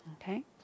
Okay